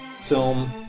film